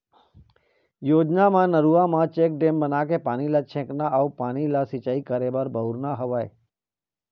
योजना म नरूवा म चेकडेम बनाके पानी ल छेकना अउ पानी ल सिंचाई करे बर बउरना हवय